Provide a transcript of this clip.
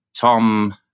Tom